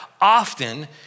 often